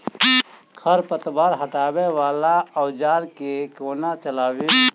खरपतवार हटावय वला औजार केँ कोना चलाबी?